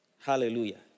Hallelujah